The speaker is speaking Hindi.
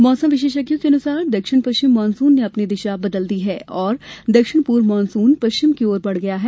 मौसम विशेषज्ञों के अनुसार दक्षिण पश्चिम मानसून ने अपनी दिशा बदल दी है और दक्षिण पूर्व मानसून पश्चिम की ओर बढ़ गया है